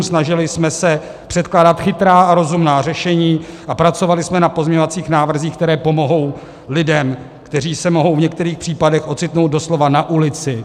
Snažili jsme se předkládat chytrá a rozumná řešení a pracovali jsme na pozměňovacích návrzích, které pomohou lidem, kteří se mohou v některých případech ocitnout doslova na ulici.